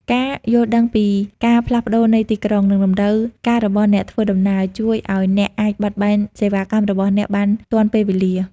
ការយល់ដឹងពីការផ្លាស់ប្តូរនៃទីក្រុង និងតម្រូវការរបស់អ្នកធ្វើដំណើរ ជួយឱ្យអ្នកអាចបត់បែនសេវាកម្មរបស់អ្នកបានទាន់ពេលវេលា។